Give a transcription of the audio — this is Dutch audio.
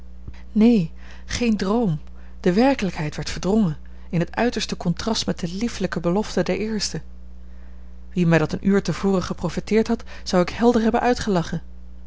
neen geen droom de werkelijkheid werd verdrongen in het uiterste contrast met de liefelijke beloften der eerste wie mij dat een uur te voren geprofeteerd had zou ik helder hebben uitgelachen